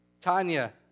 Tanya